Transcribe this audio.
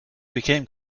became